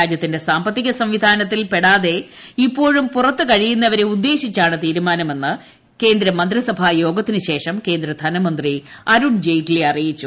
രാജ്യത്തിന്റെ സാമ്പത്തിക സംവിധാനത്തിൽ പെടാതെ ഇപ്പോഴും പുറത്ത് കഴിയുന്നവരെ ഉദ്ദേശിച്ചാണ് തീരുമാനമെന്ന് കേന്ദ്ര മന്ത്രിസഭായോഗത്തിന് ശേഷം കേന്ദ്ര ധനമന്ത്രി അരുൺ ജയ്റ്റലി അറിയിച്ചു